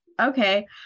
Okay